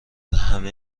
همه